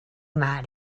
might